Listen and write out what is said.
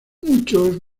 muchos